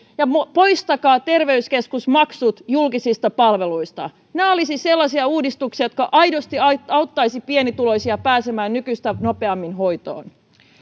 ja poistakaa terveyskeskusmaksut julkisista palveluista nämä olisivat sellaisia uudistuksia jotka aidosti auttaisivat pienituloisia pääsemään nykyistä nopeammin hoitoon